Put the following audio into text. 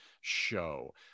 show